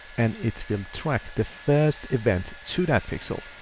and it will track the first event to that pixel,